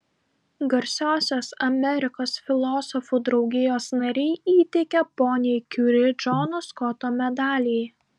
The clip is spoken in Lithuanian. garsiosios amerikos filosofų draugijos nariai įteikia poniai kiuri džono skoto medalį